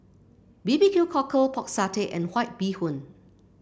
B B Q Cockle Pork Satay and White Bee Hoon